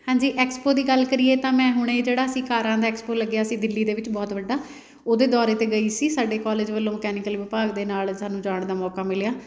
ਹਾਂਜੀ ਐਕਸਪੋ ਦੀ ਗੱਲ ਕਰੀਏ ਤਾਂ ਮੈਂ ਹੁਣੇ ਜਿਹੜਾ ਸਿਕਾਰਾਂ ਦਾ ਐਕਸਪੋ ਲੱਗਿਆ ਸੀ ਦਿੱਲੀ ਦੇ ਵਿੱਚ ਬਹੁਤ ਵੱਡਾ ਉਹਦੇ ਦੌਰੇ 'ਤੇ ਗਈ ਸੀ ਸਾਡੇ ਕੋਲੇਜ ਵੱਲੋਂ ਮਕੈਨਿਕਲ ਵਿਭਾਗ ਦੇ ਨਾਲ ਸਾਨੂੰ ਜਾਣ ਦਾ ਮੌਕਾ ਮਿਲਿਆ